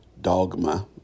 dogma